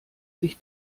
sich